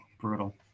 brutal